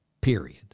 period